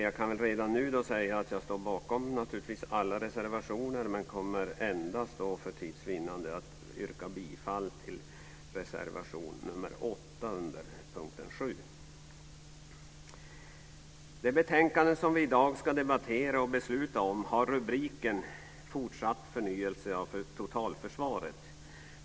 Jag kan redan nu säga att jag naturligtvis står bakom alla reservationer, men kommer för tids vinnande att yrka bifall endast till reservation nr 8 under punkt 7. Det betänkande som vi i dag ska debattera och besluta om har rubriken Fortsatt förnyelse av totalförsvaret.